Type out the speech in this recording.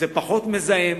זה פחות מזהם,